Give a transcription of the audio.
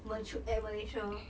mat~ at malaysia